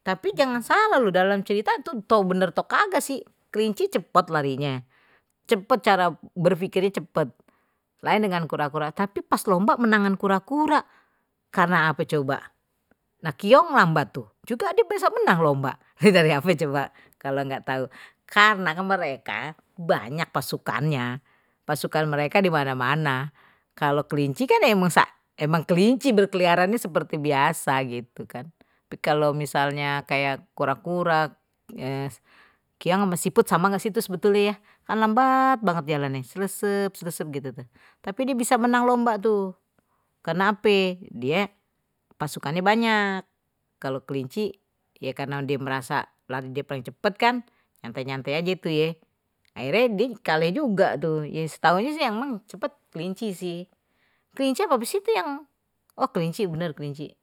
tapi jangan salah lu dalam cerita tuh tahu benar atau kagak sih kelinci cepat larinya cepet cara berpikirnya cepat lain dengan kura-kura sakit pas lomba menangan kura-kura karena apa coba, nah keong lambat tuh juga dia besok menang loh mbak jadi dari hp coba kalau enggak tahu karena mereka banyak pasukannya, pasukan mereka banyak dimana mana, kalau misalnya kayak kura-kura sama siput sama nggak sih itu sebetulnya ya lambat banget jalannya tapi dia bisa menang lomba tuh karena hp ya pasukannya banyak kalau kelinci ya karena dia merasa nanti paling cepat kan kata nyantai aje itu ye akhirnya juga tuh di setahunya sih emang cepet kelinci sih kelinci bagus itu yang oh kelinci bener ini.